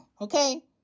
Okay